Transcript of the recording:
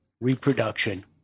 reproduction